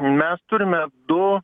mes turime du